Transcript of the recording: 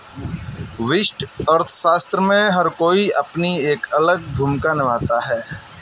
व्यष्टि अर्थशास्त्र में हर कोई एक अपनी अलग भूमिका निभाता है